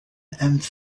and